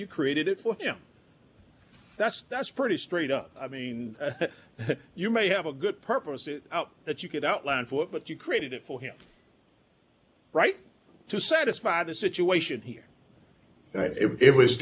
you created it for him that's that's pretty straight up i mean you may have a good purpose it out that you could outline for but you created it for him right to satisfy the situation here and it was